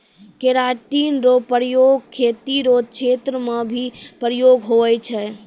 keratin रो प्रयोग खेती रो क्षेत्र मे भी उपयोग हुवै छै